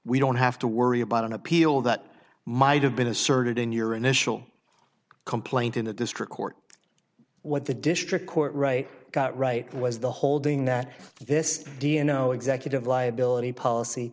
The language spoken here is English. we don't have to worry about an appeal that might have been asserted in your initial complaint in the district court what the district court right got right was the holding that this dno executive liability policy